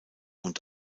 und